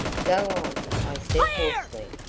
go on! i said hoarsely.